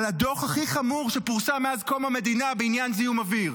על הדוח הכי חמור שפורסם מאז קום המדינה בעניין זיהום אוויר.